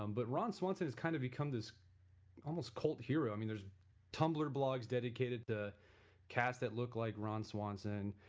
um but ron swanson has kind of becomes as almost cult hero, i mean there is tumblr blogs dedicated to cats that look like ron swanson.